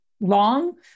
long